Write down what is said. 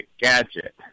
gadget